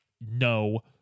no